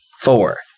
Four